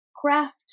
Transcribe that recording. craft